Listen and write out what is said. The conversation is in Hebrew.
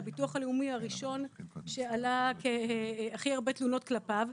שהביטוח הלאומי הראשון שעלו הכי הרבה תלונות כלפיו,